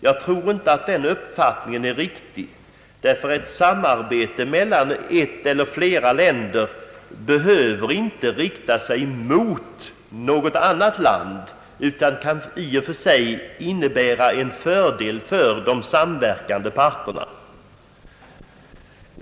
Jag tror inte att den uppfattningen är riktig, ty ett samarbete mellan två eller flera länder behöver inte rikta sig mot något annat land utan kan i och för sig innebära en fördel för de samverkande parterna.